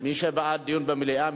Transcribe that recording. דיון במליאה.